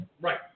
Right